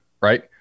right